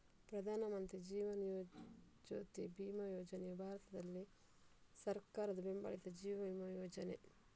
ಪ್ರಧಾನ ಮಂತ್ರಿ ಜೀವನ್ ಜ್ಯೋತಿ ಬಿಮಾ ಯೋಜನೆಯು ಭಾರತದಲ್ಲಿ ಸರ್ಕಾರದ ಬೆಂಬಲಿತ ಜೀವ ವಿಮಾ ಯೋಜನೆ